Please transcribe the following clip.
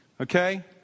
Okay